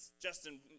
Justin